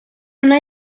una